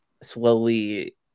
slowly